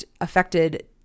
affected